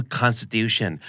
constitution